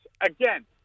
again